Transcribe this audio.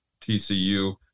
TCU